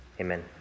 Amen